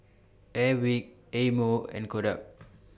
Airwick Eye Mo and Kodak